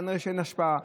כנראה שאין השפעה.